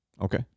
Okay